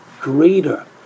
greater